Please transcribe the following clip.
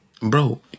Bro